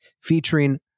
featuring